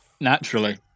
Naturally